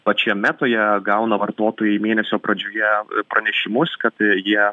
pačioje metoje gauna vartotojai mėnesio pradžioje pranešimus kad jie